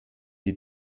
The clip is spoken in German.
die